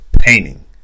painting